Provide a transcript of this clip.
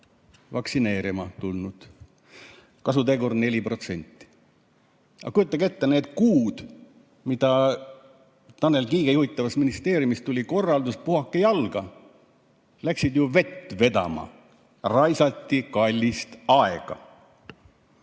vaktsineerima tulnut, kasutegur 4%. Aga kujutage ette, need kuud, mille kohta Tanel Kiige juhitavast ministeeriumist tuli korraldus, et puhake jalga, läksid ju vett vedama. Raisati kallist aega.